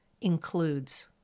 includes